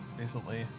recently